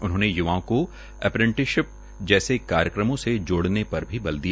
उन्होने य्वाओं को अप्रेन्टिपशिप जैसे कार्यक्रमों से जोडऩे पर भी बल दिया